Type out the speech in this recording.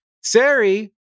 Sari